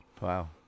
wow